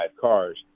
cars